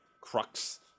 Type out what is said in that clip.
crux